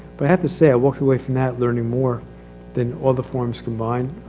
but i have to say i walk away from that learning more than all the forms combined.